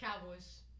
Cowboys